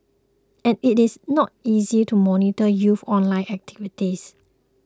and it is not easy to monitor youth online activity